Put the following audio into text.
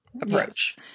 approach